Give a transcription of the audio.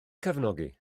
cefnogi